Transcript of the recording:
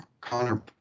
Connor